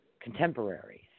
contemporaries